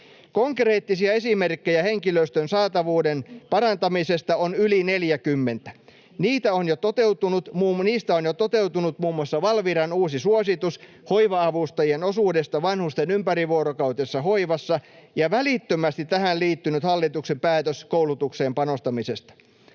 Konkreettisia esimerkkejä henkilöstön saatavuuden parantamisesta on yli 40. Niistä ovat jo toteutuneet muun muassa Valviran uusi suositus hoiva-avustajien osuudesta vanhusten ympärivuorokautisessa hoivassa ja välittömästi tähän liittynyt hallituksen päätös koulutukseen panostamisesta.